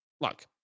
look